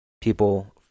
people